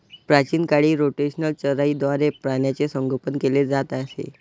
प्राचीन काळी रोटेशनल चराईद्वारे प्राण्यांचे संगोपन केले जात असे